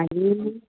आणि